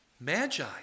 Magi